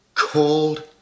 Called